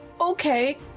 Okay